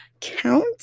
count